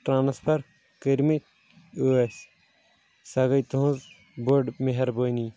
transfer کٔرمٕتۍ ٲسۍ سۄ گے تُہنٛز بٔڑ مہربٲنی